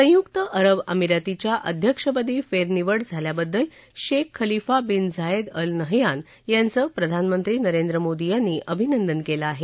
संयुक्त अरब अमिरातीच्या अध्यक्षपदी फेरनिवड झाल्याबद्दल Sheikh Khalifa bin Zayed Al Nahyan यांचं प्रधानमंत्री नरेंद्र मोदी यांनी अभिनंदन केलं आहे